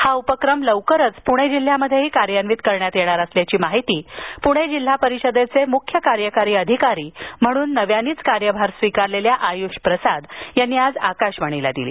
हा उपक्रम लवकरच पूणे जिल्ह्यात कार्यान्वित करण्यात येणार असल्याची माहिती पूणे जिल्हा परिषदेचे मुख्य कार्यकारी अधिकारी म्हणून नव्यानेच कार्यभार स्वीकारलेल्या आयुष प्रसाद यांनी आज आकाशवाणीलादिली